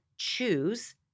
choose